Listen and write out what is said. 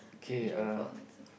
okay uh